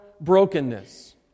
brokenness